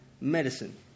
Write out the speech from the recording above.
medicine